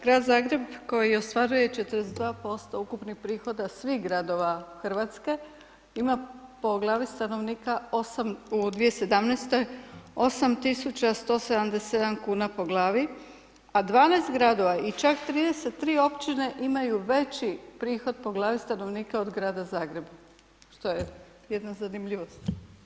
Grad Zagreb koji ostvaruje 42% ukupnih prihoda svih gradova Hrvatske ima po glavi stanovnika u 2017. 8 tisuća 177 kuna po glavi a 12 gradova i čak 33 općine imaju veći prihod po glavi stanovnika od grada Zagreba što je jedna zanimljivost.